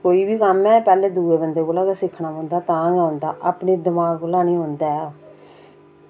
कोई बी कम्म ऐ पैह्लें दूऐ बंदे कोला गै सिक्खना पौंदा तां गै औंदा अपने दमाग कोला निं औंदा